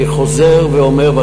אני חוזר ואומר,